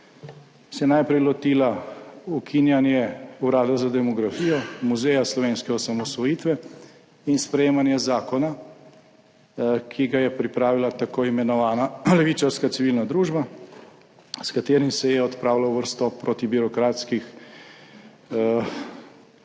se je najprej lotila ukinjanja Urada za demografijo, Muzeja slovenske osamosvojitve in sprejemanja zakona, ki ga je pripravila tako imenovana levičarska civilna družba, s katerim se odpravljal vrsto protibirokratskih